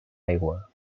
aigua